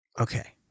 Okay